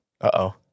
Uh-oh